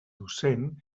docent